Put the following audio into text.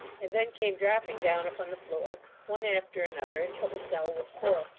and then came dropping down upon the floor, one after another, until the cell was full.